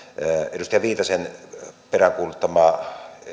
edustaja viitasen peräänkuuluttama